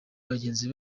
bagenzi